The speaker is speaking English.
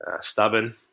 stubborn